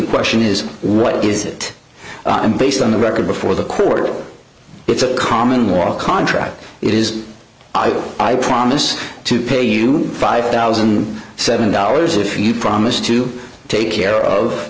question is what is it based on the record before the court it's a common law contract it is i promise to pay you five thousand and seven dollars if you promise to take care of